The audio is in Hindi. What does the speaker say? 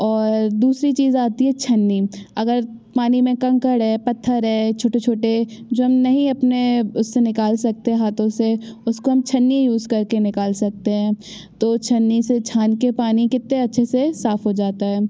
और दूसरी चीज़ आती है छन्नी अगर पानी में कंकर है पत्थर है छोटे छोटे जो नहीं अपने उससे हम निकाल सकते अपने हाथों से उसको हम छन्नी यूज़ कर के निकाल सकते हैं तो छन्नी से छान के पानी कितने अच्छे से साफ़ हो जाता है